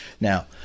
now